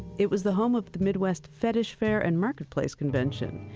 it was the home of the midwest fetish fair and marketplace convention.